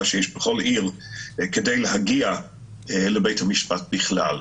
שיש בכל עיר כדי להגיע לבית המשפט בכלל.